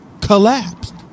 collapsed